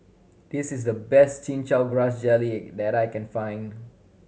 this is the best Chin Chow Grass Jelly that I can find